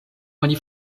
oni